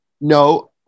No